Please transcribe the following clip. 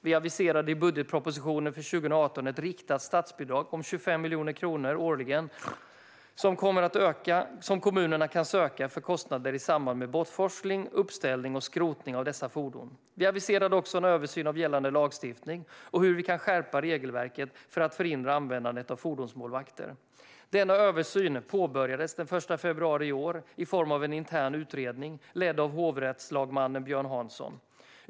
Vi aviserade i budgetpropositionen för 2018 ett riktat statsbidrag om 25 miljoner kronor årligen 2018-2020 som kommuner kan söka för kostnader i samband med bortforsling, uppställning och skrotning av dessa fordon. Vi aviserade också en översyn av gällande lagstiftning och hur vi kan skärpa regelverket för att förhindra användandet av fordonsmålvakter. Denna översyn påbörjas den 1 februari i år i form av en intern utredning ledd av hovrättslagmannen Björn Hansson.